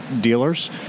dealers